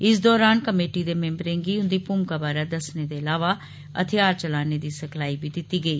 इस दौरान कमेटी दे मिम्बरें गी उन्दी भूमिका बारै दस्सने दे इलावा हथियार चलाने दी सखलाई बी दिती गेई